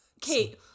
Kate